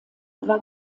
war